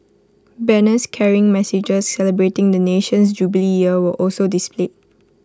banners carrying messages celebrating the nation's jubilee year were also displayed